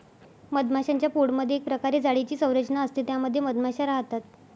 मधमाश्यांच्या पोळमधे एक प्रकारे जाळीची संरचना असते त्या मध्ये मधमाशा राहतात